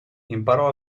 imparò